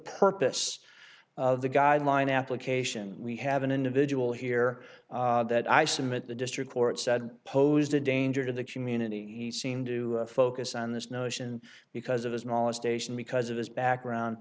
purpose of the guideline application we have an individual here that i submit the district court said posed a danger to the community he seemed to focus on this notion because of his knowledge station because of his background